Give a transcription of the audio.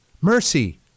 Mercy